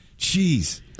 Jeez